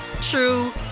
true